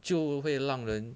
就会让人